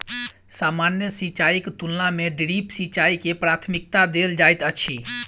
सामान्य सिंचाईक तुलना मे ड्रिप सिंचाई के प्राथमिकता देल जाइत अछि